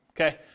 okay